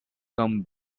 come